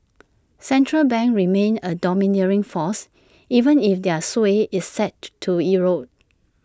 central banks remain A domineering force even if their sway is set to erode